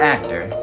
Actor